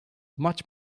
much